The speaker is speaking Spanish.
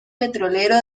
petrolero